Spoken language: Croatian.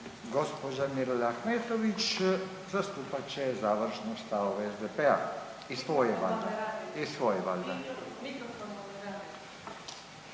Gospođa Mirela Ahmetović zastupat će završno stavove SDP-a i svoje valjda.